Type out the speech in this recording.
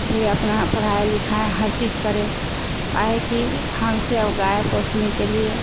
भी अपना पराए लिखाएँ हर चीज करें काहे की हमसे अब गाय पोसने के लिए